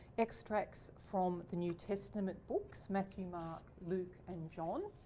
extracts from the new testament books. matthew mark luke and john.